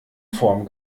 form